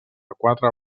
quatre